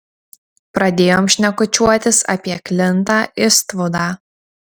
pradėjom šnekučiuotis apie klintą istvudą